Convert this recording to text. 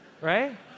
right